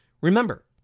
remember